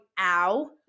ow